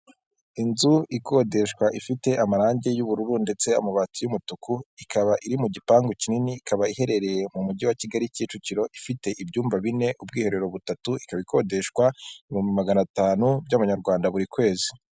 Inzu ikodeshwa ifite amarange y'ubururu ndetse amabati y'umutuku, ikaba iri mu gipangu kinini ikaba iherereye mu mujyi wa Kigali Kicukiro. Ifite ibyumba bine ubwiherero butatu ikaba ikodeshwa ibihumbi magana atanu by'amanyarwanda buri kwezi.